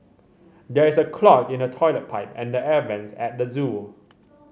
there is a clog in the toilet pipe and the air vents at the zoo